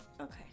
Okay